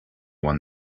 one